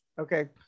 Okay